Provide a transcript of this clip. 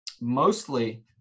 mostly